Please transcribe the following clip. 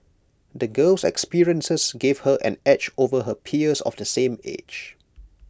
the girl's experiences gave her an edge over her peers of the same age